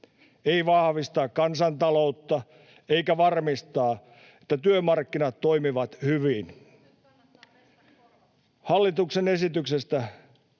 ei vahvistaa kansantaloutta eikä varmistaa, että työmarkkinat toimivat hyvin.